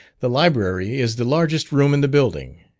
the library is the largest room in the building,